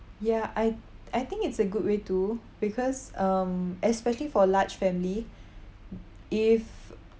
ya I I think it's a good way too because um especially for large family if